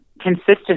consistent